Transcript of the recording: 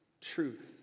truth